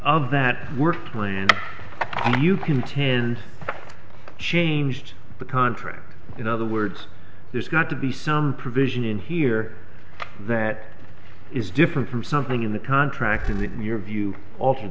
of that work plan do you contend changed the contract in other words there's got to be some provision in here that is different from something in the contract and your view altered